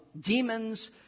demons